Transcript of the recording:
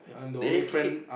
they you kick it